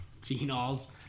phenols